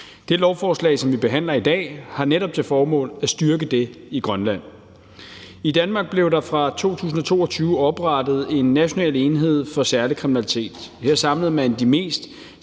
Det lovforslag, som vi behandler i dag, har netop til formål at styrke det i Grønland. I Danmark blev der fra 2022 oprettet en National enhed for Særlig Kriminalitet. Her samlede man de mest